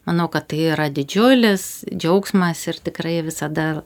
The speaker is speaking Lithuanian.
manau kad tai yra didžiulis džiaugsmas ir tikrai visada